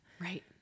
Right